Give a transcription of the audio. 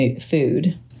food